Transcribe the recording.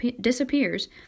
disappears